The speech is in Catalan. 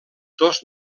dos